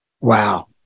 Wow